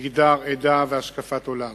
מגדר, עדה והשקפת עולם.